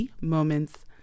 moments